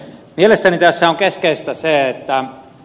mielestäni tässä on keskeistä se että a